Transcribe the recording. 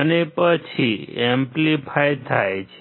અને પછી એમ્પ્લીફાઇડ થાય છે